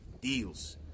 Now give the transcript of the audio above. deals